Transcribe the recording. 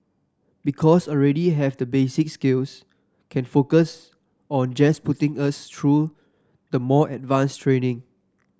because already have the basic skills can focus on just putting us through the more advanced training